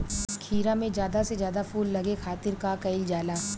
खीरा मे ज्यादा से ज्यादा फूल लगे खातीर का कईल जाला?